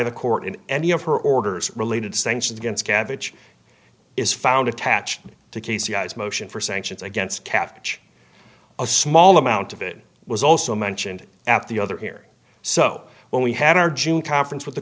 the court in any of her orders related sanctions against cabbage is found attached to casey has motion for sanctions against catch a small amount of it was also mentioned at the other hearing so when we had our june conference with the